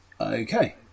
Okay